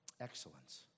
Excellence